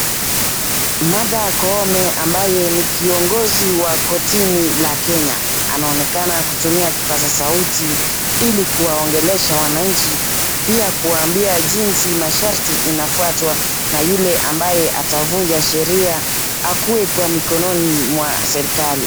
Martha Koome ambaye ni kiongozi wa kotini la Kenya anaonekana kutumia kipaza sauti ili kuwaongelesha wananchi. Pia kuwaambia jinsi masharti inafuatwa na yule ambaye atavunja sheria akue kwa mikononi mwa serikali.